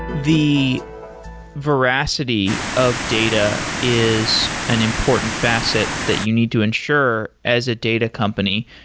the veracity of data is an important facet that you need to ensure as a data company.